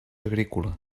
agrícola